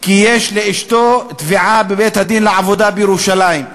כי יש לאשתו תביעה בבית-הדין לעבודה בירושלים.